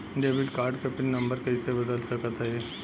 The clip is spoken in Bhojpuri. डेबिट कार्ड क पिन नम्बर कइसे बदल सकत हई?